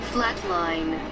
Flatline